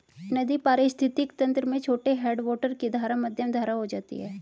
नदी पारिस्थितिक तंत्र में छोटे हैडवाटर की धारा मध्यम धारा हो जाती है